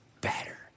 better